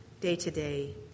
day-to-day